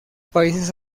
países